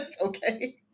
okay